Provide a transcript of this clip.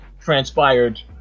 transpired